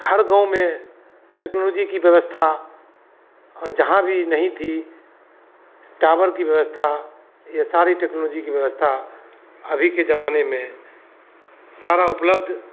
हर गाँव में टेक्नोलोजी की व्यवस्था और जहाँ भी नहीं थी टावर की व्यवस्था ये सारी टेक्नोलोजी की व्यवस्था अभी के जमाने में सारा उपलब्ध